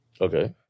Okay